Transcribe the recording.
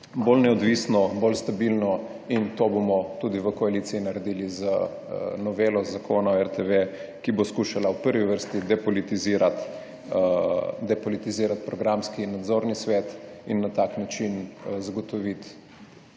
bolj neodvisno, bolj stabilno. To bomo v koaliciji tudi naredili z novelo Zakona o RTV, ki bo skušala v prvi vrsti depolitizirati programski in nadzorni svet in na tak način zagotoviti,